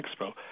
Expo